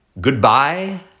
Goodbye